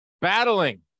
battling